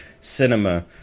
cinema